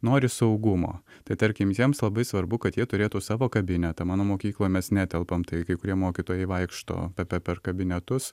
nori saugumo tai tarkim jiems labai svarbu kad jie turėtų savo kabinetą mano mokykloj netelpam tai kai kurie mokytojai vaikšto per kabinetus